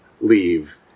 leave